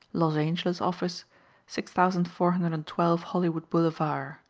los angeles office six thousand four hundred and twelve hollywood blvd.